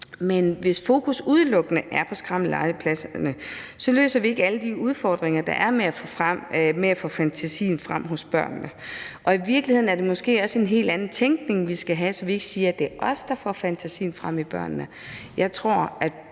men hvis fokus udelukkende er på skrammellegepladserne, løser vi ikke alle de udfordringer, der er med at fremme børnenes fantasi. Og i virkeligheden er det måske også en helt anden tænkning, vi skal have, så vi ikke siger, at det er os, der skal fremme børnenes fantasi. Jeg tror, at